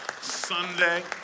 Sunday